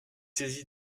saisi